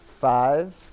Five